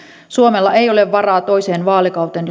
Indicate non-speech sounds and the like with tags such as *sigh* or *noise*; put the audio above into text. suomella ei ole varaa toiseen vaalikauteen *unintelligible*